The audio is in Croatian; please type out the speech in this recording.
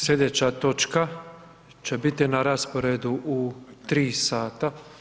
Sljedeća točka će biti na rasporedu u 3 sata.